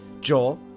Joel